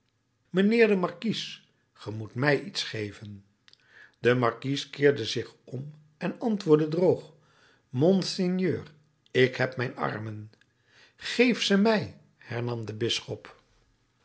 mijnheer de markies ge moet mij iets geven de markies keerde zich om en antwoordde droog monseigneur ik heb mijn armen geef ze mij hernam de bisschop